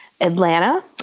Atlanta